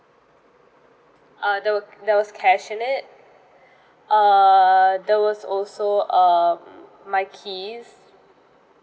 uh there were there was cash in it err there was also um my keys